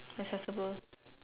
accessible